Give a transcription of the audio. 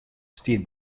stiet